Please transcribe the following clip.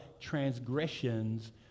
transgressions